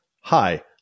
Hi